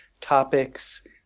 topics